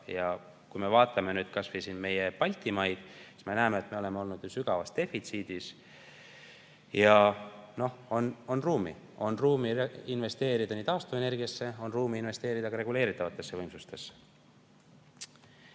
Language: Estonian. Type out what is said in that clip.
Kui me vaatame nüüd ka meie Baltimaid, siis me näeme, et me oleme olnud sügavas defitsiidis. On ruumi investeerida nii taastuvenergiasse kui ka reguleeritavatesse võimsustesse.